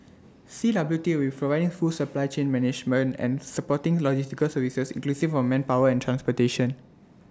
C W T will full supply chain management and supporting logistical services inclusive of manpower and transportation